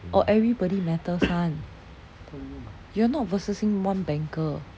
or everybody matters [one] you are not versusing one banker